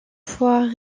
fois